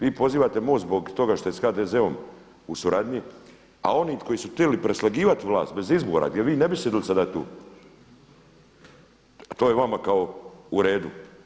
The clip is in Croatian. Vi prozivate MOST zbog toga što je s HDZ-om u suradnji a oni koji su htjeli preslagivati vlast bez izbora gdje vi ne bi sjedili sada tu to je vama kao u redu?